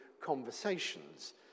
conversations